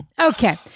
Okay